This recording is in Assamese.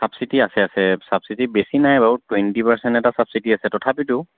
ছাবচিডি আছে আছে ছাবচিডি বেছি নাই বাৰু টুৱেণ্টি পাৰ্চেণ্ট এটা ছাবচিডি আছে তথাপিতো